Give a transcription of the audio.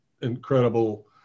incredible